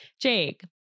Jake